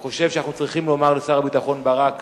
אני חושב שאנחנו צריכים לומר לשר הביטחון ברק